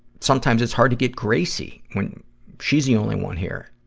sometimes it's hard to get gracie, when she's the only one here,